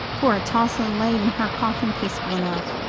poor atossa laid in her coffin peaceful enough,